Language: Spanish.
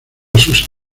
sus